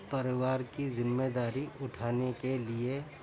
پریوار کی ذمہ داری اٹھانے کے لیے